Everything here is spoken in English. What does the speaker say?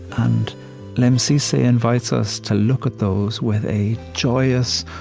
and lemn sissay invites us to look at those with a joyous,